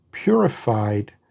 purified